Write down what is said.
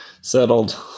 Settled